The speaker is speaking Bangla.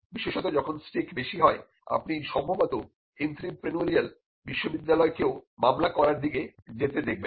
বিশেষত যখন স্টেক বেশি হয় আপনি সম্ভবত এন্ত্রেপ্রেনিউড়িয়াল বিশ্ববিদ্যালয়কেও মামলা করার দিকে যেতে দেখবেন